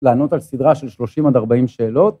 לענות על סדרה של שלושים עד ארבעים שאלות